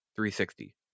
360